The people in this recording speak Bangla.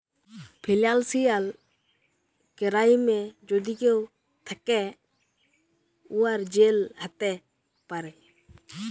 ফিলালসিয়াল কেরাইমে যদি কেউ থ্যাকে, উয়ার জেল হ্যতে পারে